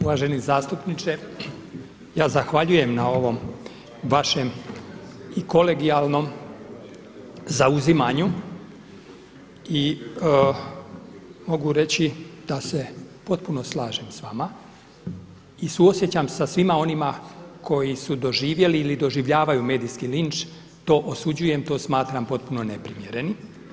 Uvaženi zastupniče, ja zahvaljujem na ovom vašem i kolegijalnom zauzimanju i mogu reći da se potpuno slažem s vama i suosjećam sa svima onima koji su doživjeli ili doživljavaju medijski linč, to osuđujem, to smatram potpuno neprimjerenim.